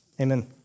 amen